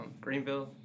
Greenville